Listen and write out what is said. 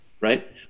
right